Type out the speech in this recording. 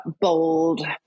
bold